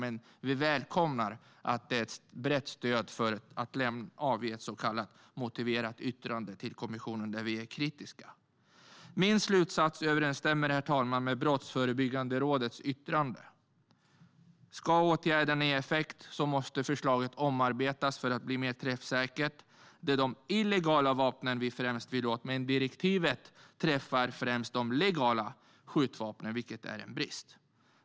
Men vi välkomnar att det finns ett brett stöd för att avge ett så kallat motiverat yttrande till kommissionen där vi är kritiska. Herr talman! Min slutsats överensstämmer med Brottsförebyggande rådets yttrande. Ska åtgärderna ge effekt måste förslaget omarbetas för att bli mer träffsäkert. Det är de illegala vapnen vi främst vill åt, men direktivet träffar främst de legala skjutvapnen, vilket är en brist.